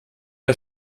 der